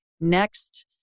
next